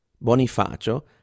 Bonifacio